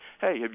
hey